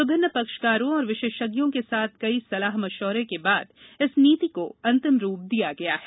विभिन्न पक्षकारों और विशेषज्ञों के साथ कई सलाह मशविरों के बाद इस नीति को अंतिम रूप दिया गया है